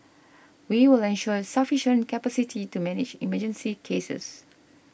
we will ensure sufficient capacity to manage emergency cases